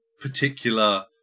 particular